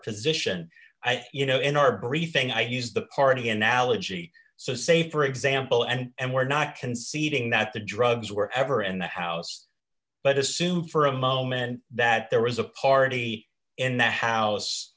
position you know in our briefing i use the party analogy so say for example and we're not conceding that the drugs were ever in the house but assume for a moment that there was a party in the house